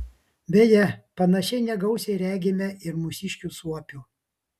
beje panašiai negausiai regime ir mūsiškių suopių